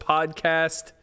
Podcast